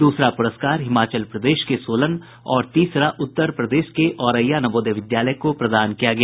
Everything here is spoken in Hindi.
दूसरा पुरस्कार हिमाचल प्रदेश के सोलन और तीसरा उत्तर प्रदेश के औरेया नवोदय विद्यालय को प्रदान किया गया